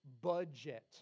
budget